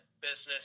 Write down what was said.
business